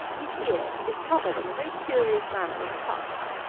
each ear is covered in a very curious manner with a husk.